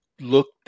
looked